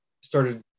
started